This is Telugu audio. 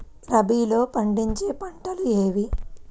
రబీలో పండించే పంటలు ఏవి?